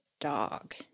dog